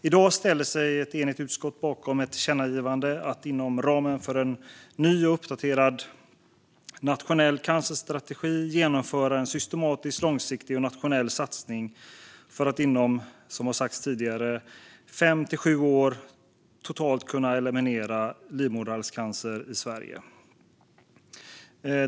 I dag ställer sig ett enigt utskott bakom ett tillkännagivande om att inom ramen för en ny och uppdaterad nationell cancerstrategi genomföra en systematisk och långsiktig nationell satsning för att, som har sagts tidigare, inom fem till sju år totalt kunna eliminera livmoderhalscancer i Sverige.